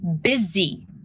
busy